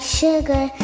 sugar